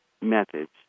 methods